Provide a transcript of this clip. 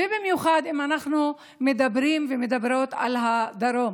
במיוחד אם אנחנו מדברים ומדברות על הדרום,